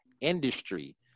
industry